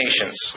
nations